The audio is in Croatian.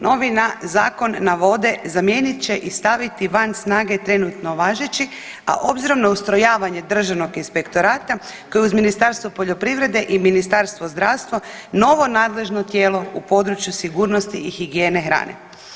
Novi zakon navode zamijenit će i staviti van snage trenutno važeći, a obzirom na ustrojavanje Državnog inspektorata koje uz Ministarstvo poljoprivrede i Ministarstvo zdravstva novo nadležno tijelo u području sigurnosti i higijene hrane.